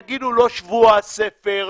תגידו לא שבוע הספר,